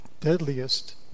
deadliest